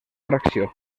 fracció